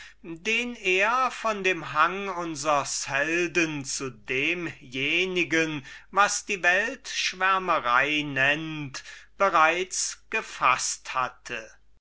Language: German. den er von dem hang unsers helden zu demjenigen was er schwärmerei nannte bereits gefaßt hatte